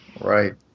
Right